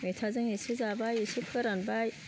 मैथाजों इसे जाबाय इसे फोरानबाय